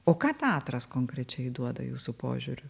o ką teatras konkrečiai duoda jūsų požiūriu